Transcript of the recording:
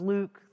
Luke